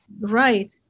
right